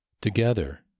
Together